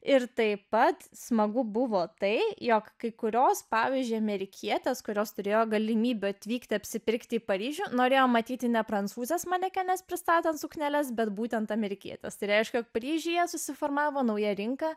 ir taip pat smagu buvo tai jog kai kurios pavyzdžiui amerikietės kurios turėjo galimybę atvykti apsipirkti į paryžių norėjo matyti ne prancūzas manekenes pristatant sukneles bet būtent amerikietės tai reiškia paryžiuje susiformavo nauja rinka